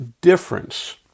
difference